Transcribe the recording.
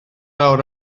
awr